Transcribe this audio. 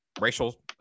racial